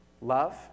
love